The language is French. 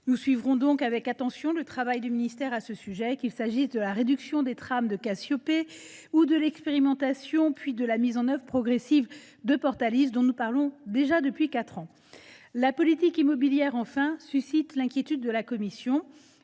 Nous suivrons donc avec attention le travail du ministère à ce sujet, qu’il s’agisse de la réduction des trames du logiciel Cassiopée ou de l’expérimentation puis de la mise en œuvre progressive de Portalis, dont nous parlons depuis déjà quatre ans. La politique immobilière, enfin, suscite l’inquiétude de la commission.